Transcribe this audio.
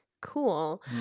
Cool